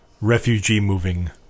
refugee-moving